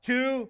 Two